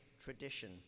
tradition